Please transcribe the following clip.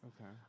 Okay